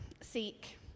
seek